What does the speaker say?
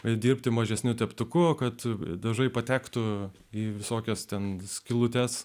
ir dirbti mažesniu teptuku kad dažai patektų į visokias ten skylutes